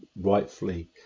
rightfully